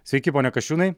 sveiki pone kasčiūnai